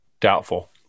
doubtful